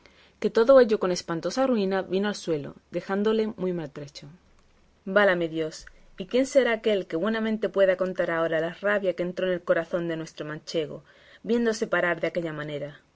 que todo ello con espantosa ruina vino al suelo dejándole muy maltrecho válame dios y quién será aquel que buenamente pueda contar ahora la rabia que entró en el corazón de nuestro manchego viéndose parar de aquella manera